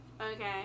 okay